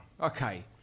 Okay